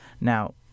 now